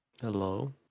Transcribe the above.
hello